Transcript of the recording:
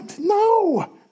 no